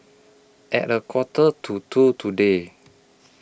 At A Quarter to two today